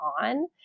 on